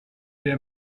der